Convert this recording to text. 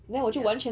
ya